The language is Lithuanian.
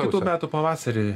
kitų metų pavasarį